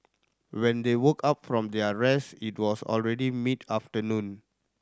when they woke up from their rest it was already mid afternoon